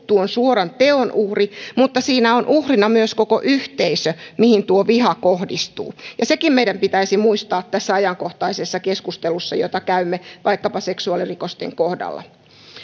tuon suoran teon uhri mutta siinä on uhrina myös koko yhteisö mihin tuo viha kohdistuu ja sekin meidän pitäisi muistaa tässä ajankohtaisessa keskustelussa jota käymme vaikkapa seksuaalirikosten kohdalla